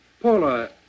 Paula